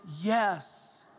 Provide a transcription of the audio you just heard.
yes